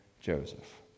Joseph